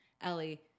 Ellie